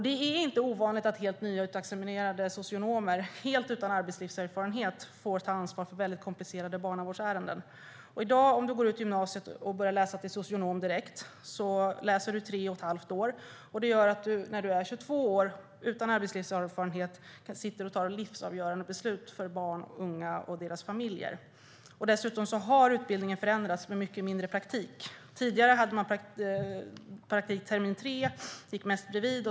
Det är inte ovanligt att nyutexaminerade socionomer helt utan arbetslivserfarenhet får ta ansvar för mycket komplicerade barnavårdsärenden. I dag om du börjar läsa till socionom direkt efter gymnasiet sitter du efter tre och ett halvt års studier vid 22 års ålder utan arbetslivserfarenhet och fattar livsavgörande beslut för barn, unga och deras familjer. Dessutom har utbildningen förändrats till mindre praktik. Tidigare var det praktik termin tre. Då gick man mest bredvid.